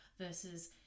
versus